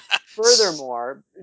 Furthermore